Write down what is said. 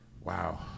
Wow